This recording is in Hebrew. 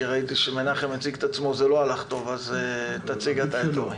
כי ראיתי שכאשר מנחם הציג את עצמו זה לא הלך טוב אז תציג אתה את אורי.